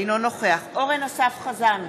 אינו נוכח אורן אסף חזן,